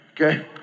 okay